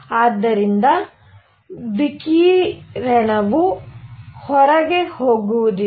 ಆದ್ದರಿಂದ ವಿಕಿರಣವು ಹೊರಗೆ ಹೋಗುವುದಿಲ್ಲ